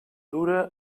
dura